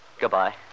Goodbye